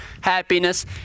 happiness